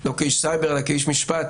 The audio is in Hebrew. לא כאיש סייבר אלא כאיש משפט